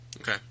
Okay